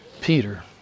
Peter